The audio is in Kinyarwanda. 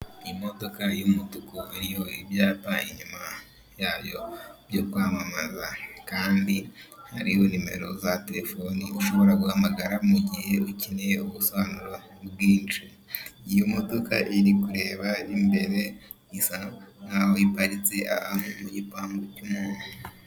Imodoka y'umutuku iriho ibyapa inyuma yayo, byo kwamamaza. Kandi hariho nimero za telefone ushobora guhamagara mu gihe ukeneye ubusobanuro bwinshi. Iyo modoka iri kureba imbere, isa nk'aho iparitse ahantu mu gipangu cy'umuntu.